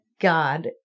God